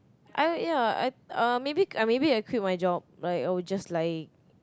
I ya I uh maybe I maybe I quit my job like I'll just like